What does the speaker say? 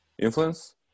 influence